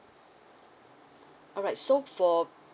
alright so for